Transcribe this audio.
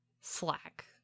Slack